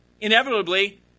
Inevitably